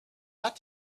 got